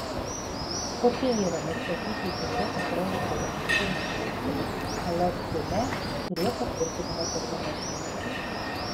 kokie yra nustatyti biudžeto projekto pateikimo svarstymui lr seime ir jo patvirtinimo terminai